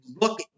look